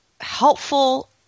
helpful